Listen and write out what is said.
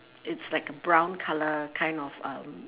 it's like a brown colour kind of um